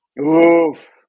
Oof